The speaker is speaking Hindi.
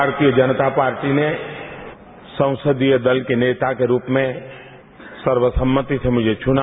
भारतीय जनता पार्टी ने संसदीय दल के नेता के रूप में सर्वसम्मति से मुझे चुना